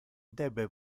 debe